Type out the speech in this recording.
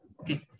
Okay